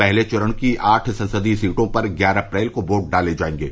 पहले चरण की आठ संसदीय सीटों पर ग्यारह अप्रैल को वोट डाले जायेंगे